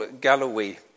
Galloway